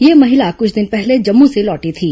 यह महिला कुछ दिन पहले जम्मू से लौटी थी